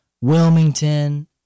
Wilmington